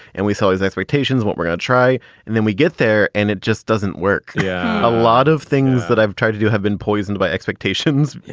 and we saw these expectations, what we're gonna try and then we get there and it just doesn't work yeah, a lot of things that i've tried to do have been poisoned by expectations.